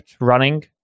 running